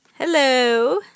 Hello